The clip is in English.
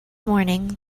morning